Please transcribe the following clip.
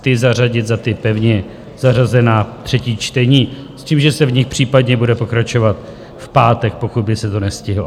Ty zařadit za ta pevně zařazená třetí čtení s tím, že se v nich případně bude pokračovat v pátek, pokud by se to nestihlo.